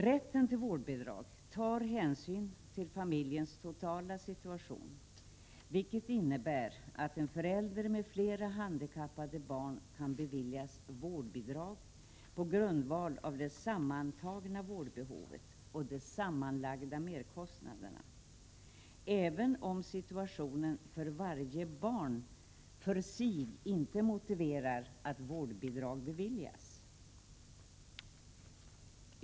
Rätten till vårdbidrag tar hänsyn till familjens totala situation, vilket innebär att en förälder med flera handikappade barn kan beviljas vårdbidrag på grundval av det sammantagna vårdbehovet och de sammanlagda merkostnaderna, även om situationen för varje barn för sig inte motiverar att vårdbidrag beviljas.